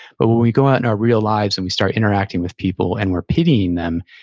but when we go out in our real lives, and we start interacting with people and we're pitying them,